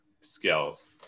skills